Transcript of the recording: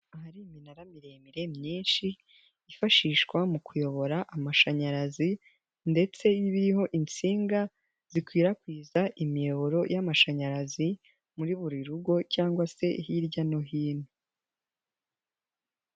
Ahari iminara miremire myinshi yifashishwa mu kuyobora amashanyarazi ndetse iba iriho insinga zikwirakwiza imiyoboro y'amashanyarazi muri buri rugo, cyangwa se hirya no hino.